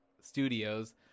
studios